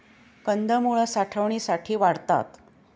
कंदमुळं साठवणीसाठी वाढतात